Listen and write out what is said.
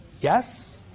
yes